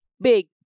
big